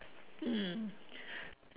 mm